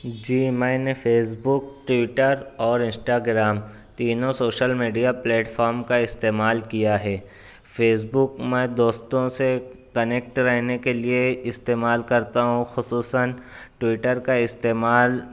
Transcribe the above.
جی میں نے Facebook Twitter اور انسٹاگرام تینوں سوشل میڈیا پلیٹفارم کا استعمال کیا ہے فیس بک میں دوستوں سے کنیکٹ رہنے کے لیے استعمال کرتا ہوں خصوصاً ٹویٹر کا استعمال